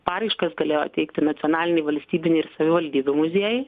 paraiškas galėjo teikti nacionaliniai valstybiniai savivaldybių muziejai